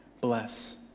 Bless